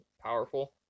powerful